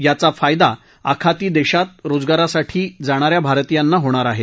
याचा फायदा आखाती देशात रोजगारासाठी जाणाऱ्या भारतीयांना होणार आहे